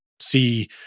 See